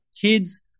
kids